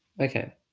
okay